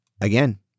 Again